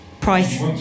price